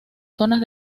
zonas